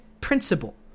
principle